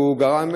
וזה נגרע.